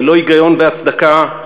ללא היגיון והצדקה,